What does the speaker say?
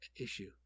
issue